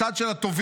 הצד של הטובים.